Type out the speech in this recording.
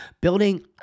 Building